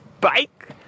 bike